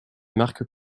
marques